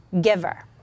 giver